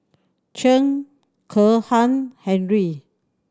Chen Kezhan Henri